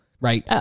right